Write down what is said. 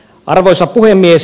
arvoisa puhemies